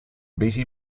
beatty